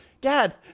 Dad